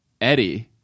Eddie